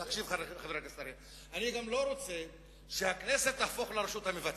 חבר הכנסת אריאל, שהכנסת תהפוך לרשות המבצעת.